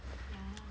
ah